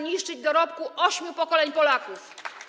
niszczyć dorobku ośmiu pokoleń Polaków.